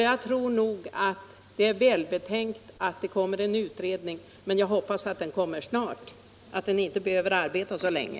Jag tror det är välbetänkt att den kommer till stånd, och jag hoppas att den inte behöver arbeta så länge.